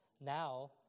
Now